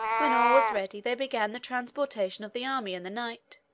when all was ready, they began the transportation of the army in the night,